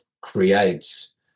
creates